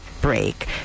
break